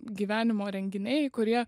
gyvenimo renginiai kurie